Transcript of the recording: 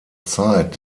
zeit